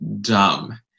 dumb